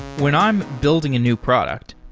when i'm building a new product,